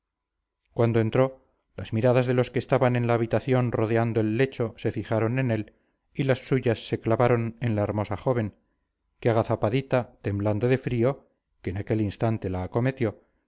cuando entró las miradas de los que estaban en la habitación rodeando el lecho se fijaron en él y las suyas se clavaron en la hermosa joven que agazapadita temblando de frío que en aquel instante la acometió velaba entre el embozo